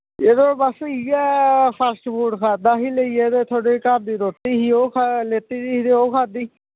जरो बस इ'यै फास्ट फूड़ खादा हा लेइयै ते थोह्ड़ी घर दी रोटी ही ओह् लेत्ती दी ते ओह् खादी